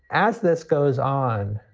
as this goes on,